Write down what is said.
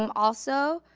um also,